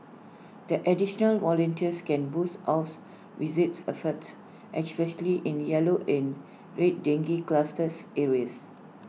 the additional volunteers can boost house visit efforts especially in yellow and red dengue clusters areas